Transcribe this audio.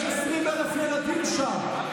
יש 20,000 ילדים שם.